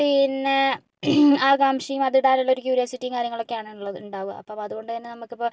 പിന്നെ ആകാംഷയും അത് ഇടാനുള്ള ഒരു ക്യൂരിയോസിറ്റിയും കാര്യങ്ങളൊക്കെയാണ് ഉള്ളത് ഉണ്ടാവുക അപ്പം അതുകൊണ്ട് തന്നെ നമുക്കിപ്പം